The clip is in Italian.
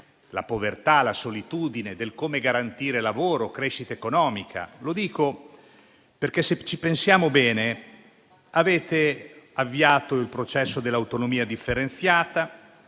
la povertà, la solitudine, del come garantire lavoro e crescita economica. Dico questo perché, se ci pensiamo bene, avete avviato il processo dell'autonomia differenziata,